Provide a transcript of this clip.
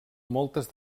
moltes